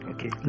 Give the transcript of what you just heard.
Okay